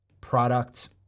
product